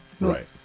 right